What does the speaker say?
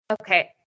Okay